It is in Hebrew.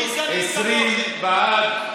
20 בעד.